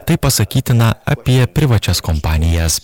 tai pasakytina apie privačias kompanijas